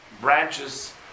branches